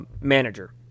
manager